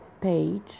page